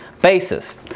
basis